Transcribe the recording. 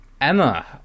Emma